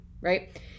right